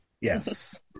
Yes